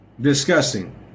Disgusting